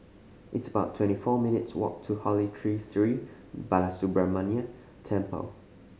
it's about twenty four minutes' walk to Holy Tree Sri Balasubramaniar Temple